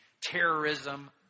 terrorism